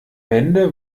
hände